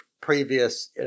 previous